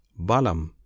balam